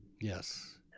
Yes